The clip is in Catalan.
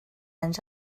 anys